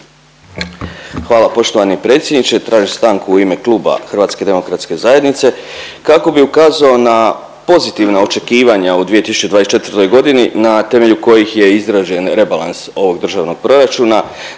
Hvala poštovani predsjedniče. Tražim stanku u ime Kluba HDZ-a kako bi ukazao na pozitivna očekivanja u 2024. na temelju kojih je izrađen rebalans ovog državnog proračuna.